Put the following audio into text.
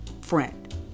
friend